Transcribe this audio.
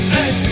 Hey